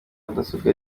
mudasobwa